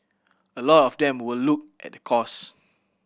a lot of them will look at the cost